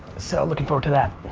so lookin' forward to that.